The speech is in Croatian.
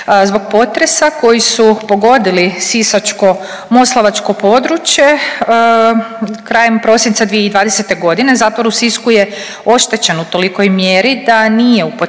Zbog potresa koji su pogodili Sisačko-moslavačko područje krajem prosinca 2020.g. zatvor u Sisku je oštećen u tolikoj mjeri da nije upotrebljiv